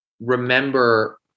remember